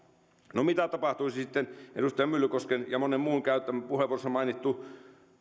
no mitä tapahtuisi sitten jos edustaja myllykosken ja monen muun käyttämissä puheenvuoroissa mainittu